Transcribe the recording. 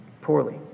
poorly